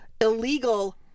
illegal